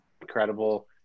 incredible